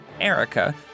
Erica